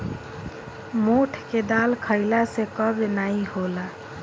मोठ के दाल खईला से कब्ज नाइ होला